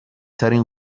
ترین